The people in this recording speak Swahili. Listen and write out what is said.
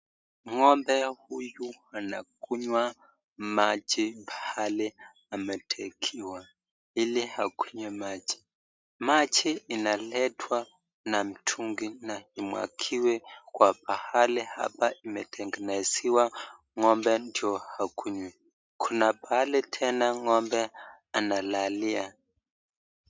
Ng'ombe huyu anakunywa maji pahali ametegewa ili akunywe maji. Maji inaletwa na mtungi na imwagiwe kwa pahali pametengenezwa ngombe ndio akunywe. Kuna pahali tena ng'ombe analalia